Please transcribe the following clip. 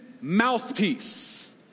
mouthpiece